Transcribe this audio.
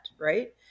right